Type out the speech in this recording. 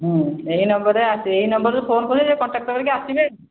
ଏହି ନମ୍ବରରେ ଏଇ ନମ୍ବରରୁ ଫୋନ୍ କରିଲେ ସେ କଣ୍ଟାକ୍ଟ କରିକି ଆସିବେ